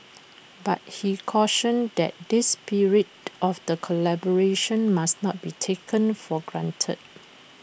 but he cautioned that this spirit of the collaboration must not be taken for granted